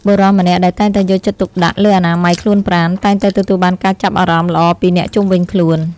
បុរសម្នាក់ដែលតែងតែយកចិត្តទុកដាក់លើអនាម័យខ្លួនប្រាណ តែងតែទទួលបានការចាប់អារម្មណ៍ល្អពីអ្នកជុំវិញខ្លួន។